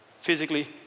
physically